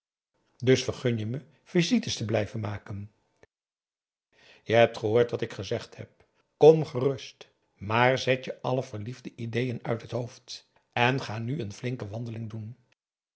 dus vergun je me visites te blijven maken je hebt gehoord wat ik gezegd heb kom gerust maar zet je alle verliefde ideeën uit het hoofd en ga nu n flinke wandeling doen